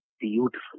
beautiful